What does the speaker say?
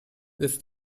this